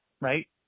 Right